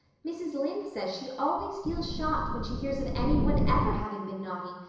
mrs. lynde says she always feels shocked when she hears of anyone ever having been naughty,